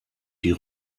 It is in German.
die